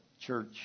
church